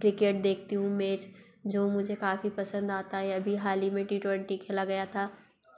cricket देकती हूँ match जो मुझे काफ़ी पसंद आता है अभी हाल ही में टी ट्वेन्टी खेला गया था